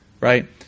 right